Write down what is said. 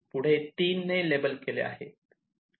पुढे 3 ने लेबल केले आहे